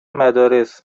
مدارس